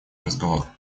разговор